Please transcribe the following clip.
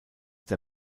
der